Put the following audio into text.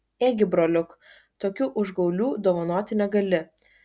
ėgi broliuk tokių užgaulių dovanoti negali